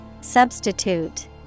Substitute